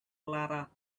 clara